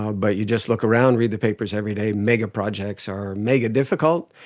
ah but you just look around, read the papers every day, mega projects are mega difficult,